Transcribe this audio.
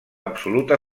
absoluta